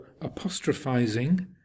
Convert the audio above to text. apostrophizing